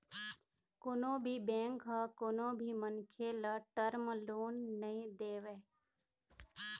कोनो भी बेंक ह कोनो भी मनखे ल टर्म लोन नइ देवय